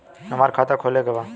हमार खाता खोले के बा?